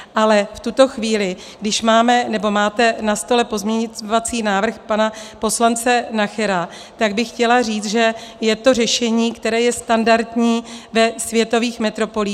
Ale v tuto chvíli, když máme, nebo máte na stole pozměňovací návrh pana poslance Nachera, tak bych chtěla říct, že je to řešení, které je standardní ve světových metropolích.